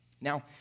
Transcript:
now